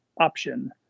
option